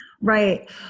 Right